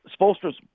Spolster's